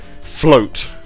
float